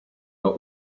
are